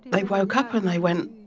they woke up and they went,